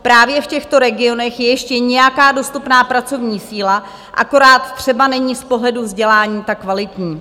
Právě v těchto regionech je ještě nějaká dostupná pracovní síla, akorát třeba není z pohledu vzdělání ta kvalitní.